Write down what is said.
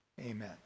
Amen